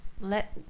let